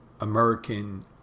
American